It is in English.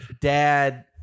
dad